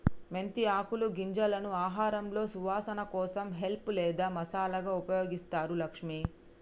మెంతి ఆకులు గింజలను ఆహారంలో సువాసన కోసం హెల్ప్ లేదా మసాలాగా ఉపయోగిస్తారు లక్ష్మి